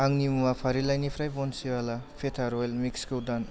आंनि मुवा फारिलाइनिफ्राय बन्सिवाला पेथा र'येल मिक्सखौ दान